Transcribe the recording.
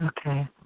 Okay